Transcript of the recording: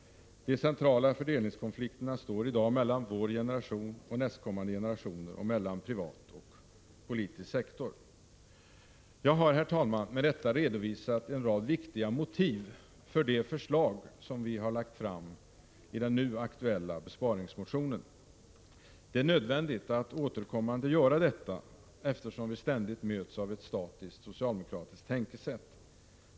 De centrala fördelningskonflikterna står i dag mellan vår generation och nästkommande generationer samt mellan privat och politisk sektor. Jag har, herr talman, med detta redovisat en rad viktiga motiv för de förslag som vi lagt fram i den nu aktuella besparingsmotionen. Det är nödvändigt att återkommande göra detta, eftersom vi ständigt möts av ett statiskt socialdemokratiskt tänkesätt.